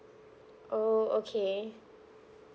oh okay